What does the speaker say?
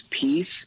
peace